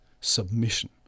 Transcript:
Submission